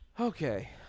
Okay